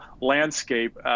landscape